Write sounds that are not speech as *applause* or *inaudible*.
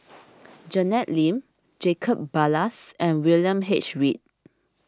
*noise* Janet Lim Jacob Ballas and William H Read